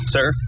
Sir